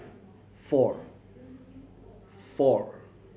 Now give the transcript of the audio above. four